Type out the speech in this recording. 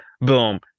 Boom